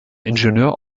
ingenieur